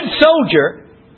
soldier